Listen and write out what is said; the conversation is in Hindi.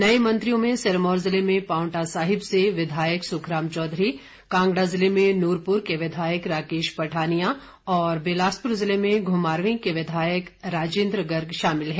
नए मंत्रियों में सिरमौर ज़िले में पांवटा साहिब के विधायक सुखराम चौधरी कांगड़ा ज़िले में नुरपूर के विधायक राकेश पठानिया और बिलासपुर ज़िले में घुमारवी के विधायक राजेंद्र गर्ग शामिल है